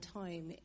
time